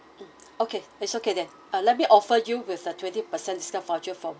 mm okay it's okay then uh let me offer you with a twenty percent discount voucher for